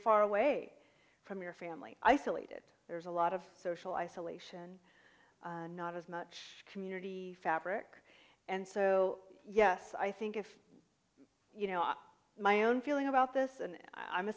far away from your family isolated there's a lot of social isolation not as much community fabric and so yes i think if you know my own feeling about this and i'm a